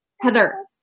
Heather